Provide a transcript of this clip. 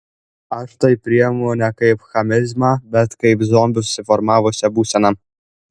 aš tai priimu ne kaip chamizmą bet kaip zombių susiformavusią būseną